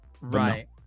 Right